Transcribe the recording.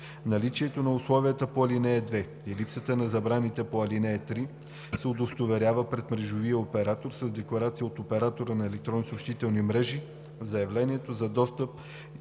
Наличието на условията по ал. 2 и липсата на забраните по ал. 3 се удостоверява пред мрежовия оператор с декларация от оператора на електронна съобщителна мрежа в заявлението за достъп